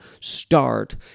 start